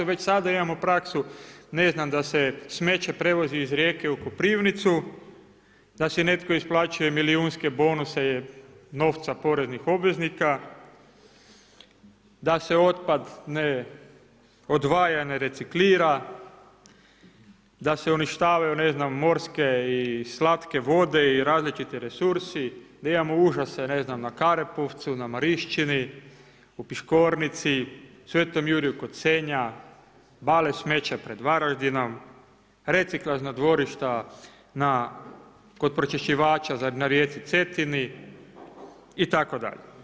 Već sada imamo praksu, ne znam da se smeće prevozi iz Rijeke u Koprivnicu, da si netko isplaćuje milijunske bonuse novca poreznih obveznika, da se otpad ne odvaja, ne reciklira, da se uništavaju morske i slatke vode i različiti resursi, da imamo užase na Karepovcu, na Marinšćini u Piškornici, Sv. Jurju kod Senja, bale smeća pred Varaždinom, reciklažna dvorišta kod pročišćivača na rijeci Cetini itd.